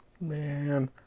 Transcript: Man